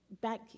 back